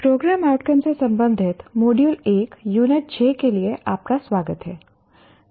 programme outcome से संबंधित module 1 unit 6 के लिए आपका स्वागत है